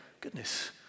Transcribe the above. goodness